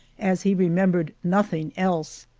as he remembred nothing else.